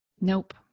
nope